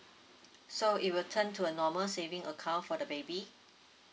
so it will turn to a normal saving account for the baby